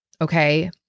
Okay